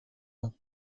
ans